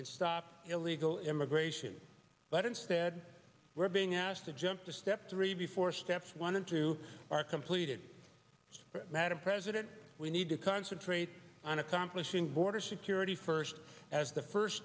and stop illegal immigration but instead we're being asked to jump to step three before steps one and two are completed madam president we need to concentrate on accomplishing border security first as the first